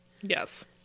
yes